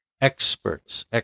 Experts